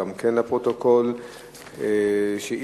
2010): בשנים האחרונות משווקים מוצרי מזון ומשקאות כ"מוצרי אנרגיה"